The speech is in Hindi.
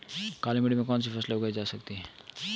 काली मिट्टी में कौनसी फसलें उगाई जा सकती हैं?